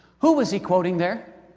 who was he quoting there?